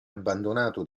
abbandonato